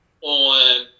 on